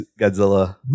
Godzilla